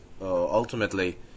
Ultimately